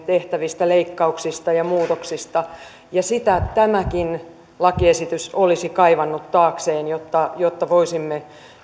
tehtävistä leikkauksista ja muutoksista ja sitä tämäkin lakiesitys olisi kaivannut taakseen jotta jotta voisimme